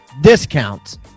discounts